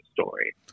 story